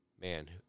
Man